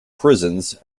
prisons